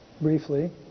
briefly